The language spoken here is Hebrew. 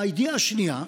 הידיעה השנייה,